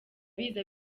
biza